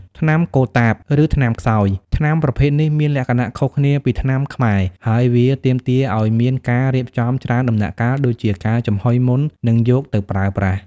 ថ្នាំកូតាប ឬថ្នាំខ្សោយ ថ្នាំប្រភេទនេះមានលក្ខណៈខុសគ្នាពីថ្នាំខ្មែរ ហើយវាទាមទារឱ្យមានការរៀបចំច្រើនដំណាក់កាលដូចជាការចំហុយមុននឹងយកទៅប្រើប្រាស់។